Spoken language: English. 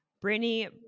Brittany